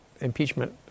Impeachment